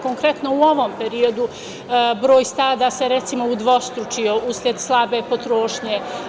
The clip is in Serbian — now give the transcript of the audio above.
Konkretno u ovom periodu broj stada se, recimo, udvostručio usled slabe potrošnje.